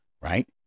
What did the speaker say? right